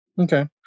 Okay